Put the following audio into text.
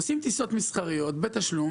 עושים טיסות מסחריות בתשלום,